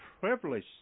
privilege